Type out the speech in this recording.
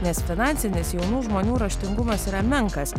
nes finansinis jaunų žmonių raštingumas yra menkas